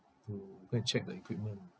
to go and check the equipment